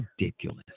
ridiculous